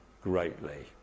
greatly